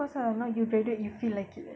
cause ah when you graduate you feel like it